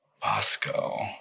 Bosco